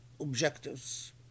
objectives